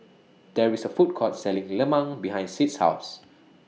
There IS A Food Court Selling Lemang behind Sid's House